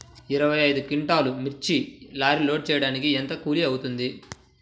ఇరవై ఐదు క్వింటాల్లు మిర్చి లారీకి లోడ్ ఎత్తడానికి ఎంత కూలి అవుతుంది?